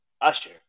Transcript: Usher